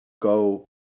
go